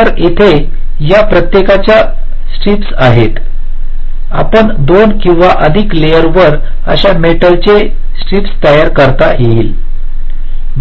तर येथे या प्रत्येकाच्या स्त्रीपीस आहेत आपण दोन किंवा अधिक लेयरवर अशा मेटलचे स्त्रीपीस तयार करता